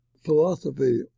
philosophy